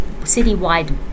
citywide